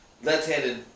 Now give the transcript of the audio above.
Left-handed